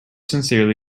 sincerely